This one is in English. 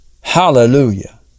Hallelujah